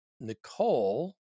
Nicole